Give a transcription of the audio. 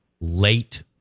late